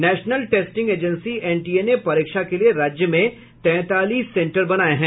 national testing agency NTA ने परीक्षा के लिए राज्य में तैंतालीस सेंटर बनाये हैं